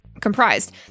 comprised